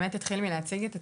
באמת אני אתחיל להציג את עצמי,